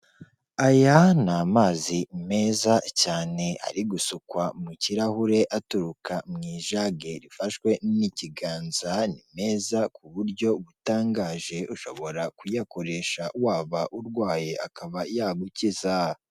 Aya ni amazi meza cyane ari gusukwa mu kirahure aturuka mu ijage rifashwe n'ikiganza, ni meza ku buryo butangaje, ushobora kuyakoresha waba urwaye akaba yagukiza.